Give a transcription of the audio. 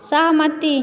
सहमति